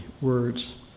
words